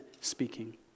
speaking